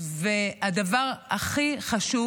והדבר הכי חשוב,